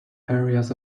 areas